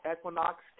equinox